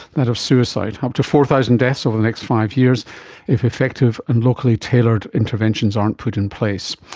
that of suicide, up to four thousand deaths over the next five years if effective and locally tailored interventions aren't put in place.